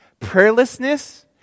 Prayerlessness